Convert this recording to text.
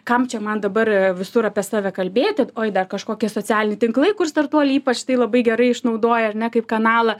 kam čia man dabar visur apie save kalbėti oi dar kažkokie socialiniai tinklai kur startuoliai ypač tai labai gerai išnaudoja ar ne kaip kanalą